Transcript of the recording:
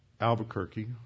Albuquerque